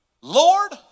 Lord